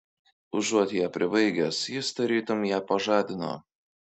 užuot ją pribaigęs jis tarytum ją pažadino